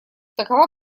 такова